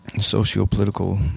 socio-political